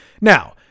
Now